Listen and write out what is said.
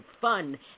fun